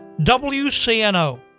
WCNO